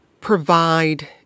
provide